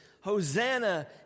Hosanna